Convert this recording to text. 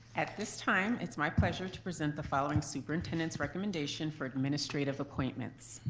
at this time, it's my pleasure to present the following superintendent's recommendation for administrative appointments.